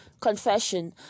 Confession